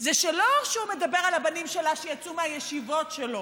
זה לא איך שהוא מדבר על הבנים שלה שיצאו מהישיבות שלו,